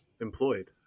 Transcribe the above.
employed